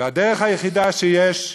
והדרך היחידה שיש,